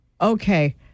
Okay